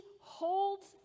holds